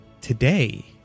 today